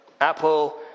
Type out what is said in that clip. apple